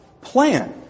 plan